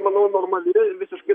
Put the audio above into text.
manau normali ir visiškai